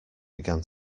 began